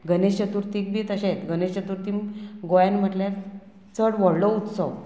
गणेश चतुर्थीक बी तशेंच गणेश चतुर्थी गोंयान म्हटल्यार चड व्हडलो उत्सव